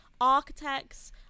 Architects